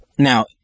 Now